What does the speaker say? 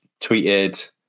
tweeted